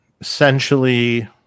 essentially